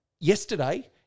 yesterday